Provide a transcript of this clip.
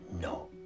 no